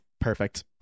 Perfect